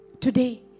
Today